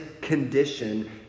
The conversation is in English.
condition